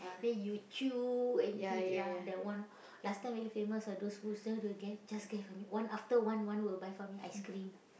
then you chew and eat ya that one last time very famous what those school sell the then just get for me one after one one will buy for me ice-cream